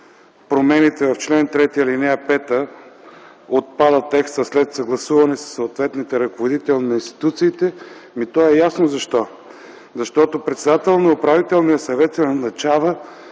промените в чл. 3, ал. 5 отпада текстът „след съгласуване със съответните ръководители на институции” ами то е ясно защо, защото председателят на Управителния съвет се назначава